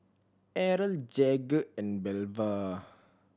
Errol Jagger and Belva